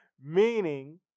meaning